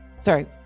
sorry